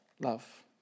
love